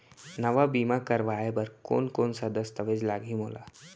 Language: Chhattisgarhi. नवा बीमा करवाय बर कोन कोन स दस्तावेज लागही मोला?